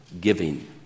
giving